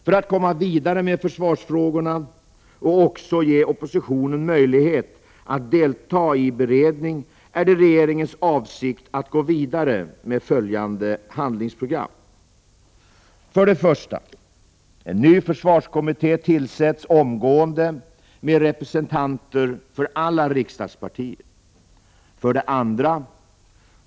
För att komma vidare med försvarsfrågorna och också ge oppositionen möjlighet att delta i beredning är det regeringens avsikt att gå vidare med följande handlingsprogram. För det första. En ny försvarskommitté tillsätts omgående med representanter för alla riksdagspartier. För det andra.